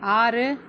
ஆறு